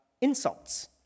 insults